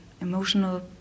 emotional